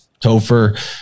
Topher